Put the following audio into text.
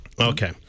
okay